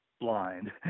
blind